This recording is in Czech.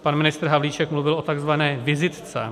Pan ministr Havlíček mluvil o takzvané vizitce.